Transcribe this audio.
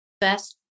best